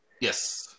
Yes